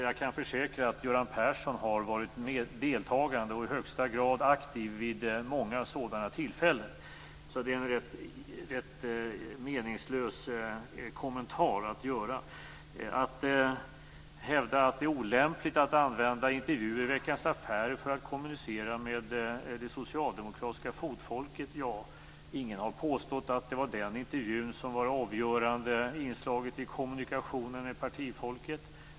Jag kan försäkra att Göran Persson har deltagit och i högsta grad varit aktiv vid många sådana tillfällen. Det där var alltså en rätt meningslös kommentar. Fredrik Reinfeldt hävdar att det är olämpligt att använda intervjuer i Veckans Affärer för att kommunicera med det socialdemokratiska fotfolket. Ingen har påstått att just denna intervju var det avgörande inslaget i kommunikationen med partifolket.